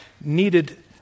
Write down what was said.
needed